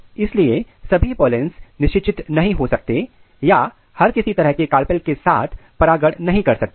इसलिए सभी पोलैंस निषेचित नहीं हो सकते या हर किसी तरह के कार्पेल के साथ परागण नहीं कर सकते हैं